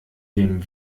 dem